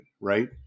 right